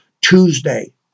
Tuesday